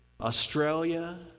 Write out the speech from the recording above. australia